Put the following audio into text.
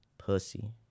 Pussy